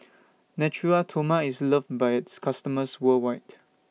Natura Stoma IS loved By its customers worldwide